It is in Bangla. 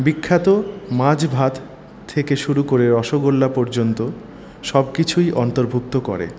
বিখ্যাত মাছ ভাত থেকে শুরু করে রসগোল্লা পর্যন্ত সবকিছুই অন্তর্ভুক্ত করে